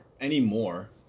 anymore